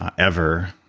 um ever.